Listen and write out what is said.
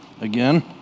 again